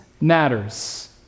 matters